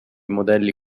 modelli